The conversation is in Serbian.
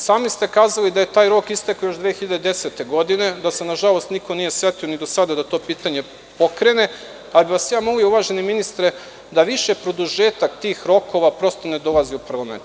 Sami ste kazali da je taj rok istekao još 2010. godine, da se, nažalost, niko nije setio ni do sada da to pitanje pokrene, pa bih vas ja molio, uvaženi ministre, da više produžetak tih rokova prosto ne dolazi u parlament.